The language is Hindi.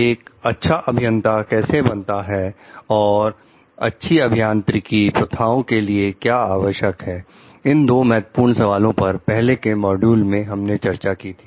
एक अच्छा अभियंता कैसे बनता है और अच्छी अभियांत्रिकी प्रथाओं के लिए क्या आवश्यक है इन दो महत्वपूर्ण सवालों पर पहले के मॉड्यूल में हमने चर्चा की थी